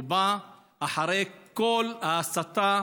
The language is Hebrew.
הוא בא אחרי כל ההסתה